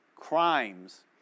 crimes